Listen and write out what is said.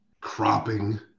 cropping